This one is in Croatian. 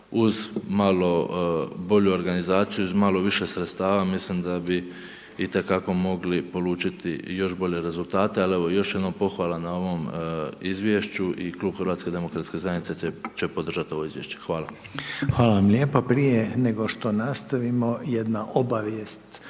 uz malo bolju organizaciju i uz malo više sredstava mislim da bi itekako mogli polučiti i još bolje rezultate. Ali evo još jednom pohvala na ovom izvješću i Klub HDZ-a će podržati ovo izvješće. Hvala. **Reiner, Željko (HDZ)** Hvala vam lijepa. Prije nego što nastavimo jedna obavijest